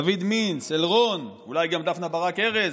דוד מינץ, אלרון, אולי גם דפנה ברק ארז,